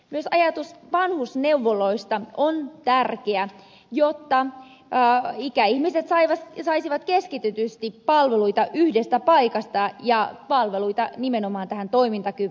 myös ajatus vanhusneuvoloista on tärkeä jotta ikäihmiset saisivat keskitetysti palveluita yhdestä paikasta ja palveluita nimenomaan tähän toimintakyvyn ylläpitämiseen